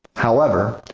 however,